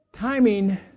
Timing